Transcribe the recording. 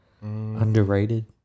Underrated